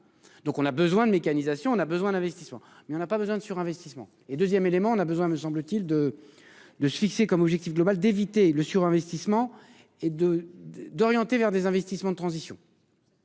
donc on a besoin de mécanisation, on a besoin d'investissements mais on n'a pas besoin de surinvestissement et 2ème élément, on a besoin, me semble-t-il de de se fixer comme objectif global d'éviter le sur-investissement et de d'orienter vers des investissements de transition.